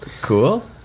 cool